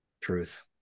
truth